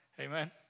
Amen